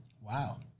Wow